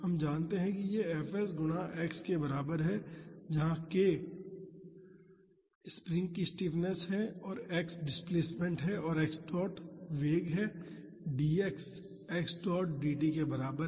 हम जानते हैं कि यह fs k गुणा x के बराबर है जहां k स्प्रिंग की स्टिफनेस है और x डिस्प्लेसमेंट है और x डॉट वेग है dx x डॉट dt के बराबर है